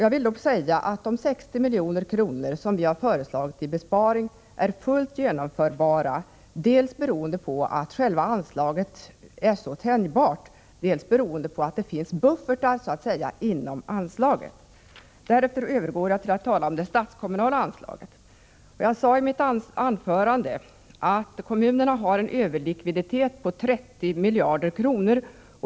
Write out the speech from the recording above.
Jag vill dock återigen säga att den besparing på 60 milj.kr. som vi föreslagit är fullt genomförbar, dels beroende på att själva anslaget är så tänjbart, dels beroende på att det finns buffertar inom anslaget. Jag övergår nu till att tala om det statskommunala anslaget. Jag sade i mitt anförande att kommunerna har en överlikviditet på 30 miljarder.